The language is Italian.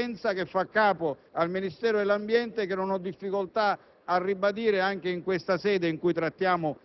enorme contesto di inefficienza che fa capo al Ministero dell'ambiente e che non ho difficoltà a ribadire anche in questa sede in cui trattiamo